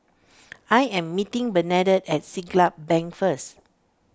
I am meeting Bernadette at Siglap Bank first